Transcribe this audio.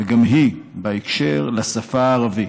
גם היא בהקשר של השפה הערבית,